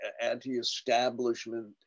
anti-establishment